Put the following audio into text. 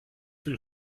will